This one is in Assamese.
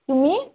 তুমি